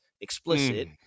explicit